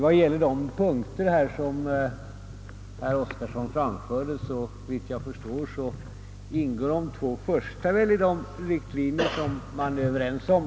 Av de punkter som herr Oskarson frågat om ingår såvitt jag förstår de två första i de riktlinjer som vi är över ens om.